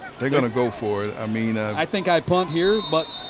they're going to go for it. i mean ah i think i'd punt here but